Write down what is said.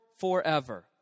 forever